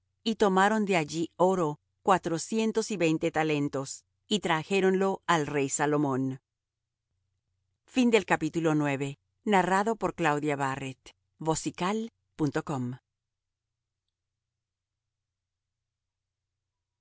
y tomaron de allí oro cuatrocientos y veinte talentos y trajéronlo al rey salomón y